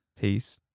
Peace